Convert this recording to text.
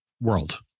world